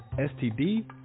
STD